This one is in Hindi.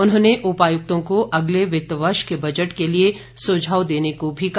उन्होंने उपायुक्तों को अगले वित्त वर्ष के बजट के लिए सुझाव देने को भी कहा